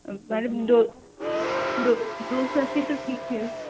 madam दो दो दो सौ अस्सी तो ठीक है